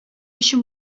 өчен